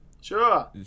Sure